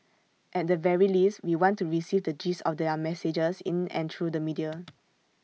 at the very least we want to receive the gist of their messages in and through the media